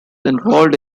involved